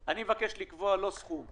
זה לא היה קודם.